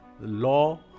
law